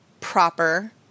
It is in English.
proper